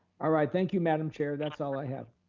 ah right, thank you, madam chair, that's all i have.